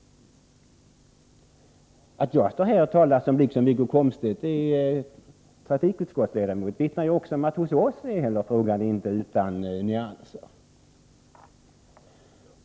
Att jag står här och talar i ett trafikutskottsärende, liksom Wiggo Komstedt, vittnar ju också om att den här frågan hos oss inte är utan nyanser.